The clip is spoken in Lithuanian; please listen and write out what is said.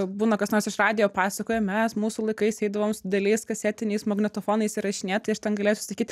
būna kas nors iš radijo pasakoja mes mūsų laikais eidavom su dideliais kasetiniais magnetofonais įrašinėt tai aš ten galėsiu sakyt